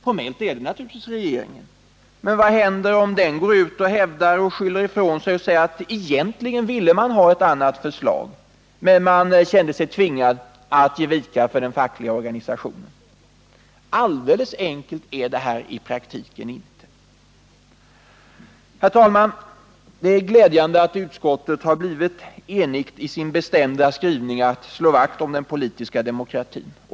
Formellt är det naturligtvis regeringen, men vad händer om den går ut och skyller ifrån sig och säger att den egentligen ville ha ett annat förslag men kände sig tvingad att ge vika för de fackliga organisationerna? Alldeles så enkelt är det här i praktiken inte. Herr talman! Det är glädjande att utskottet blivit enigt i sin bestämda skrivning att man skall slå vakt om den politiska demokratin.